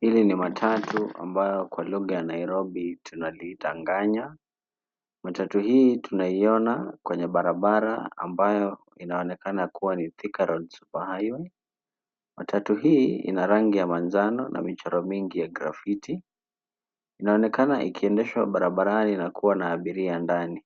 Hili ni matatu ambayo kwa lugha ya Nairobi tunaliita nganya . Matatu hii tunaiona kwenye barabara ambayo inaonekana kuwa ni Thika Road Superhighway. Matatu hii ina rangi ya manjano na michoro mingi ya grafiti. Inaonekana ikiendeshwa barabarani na kuwa na abiria ndani.